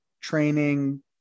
training